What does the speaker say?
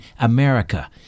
America